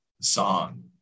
song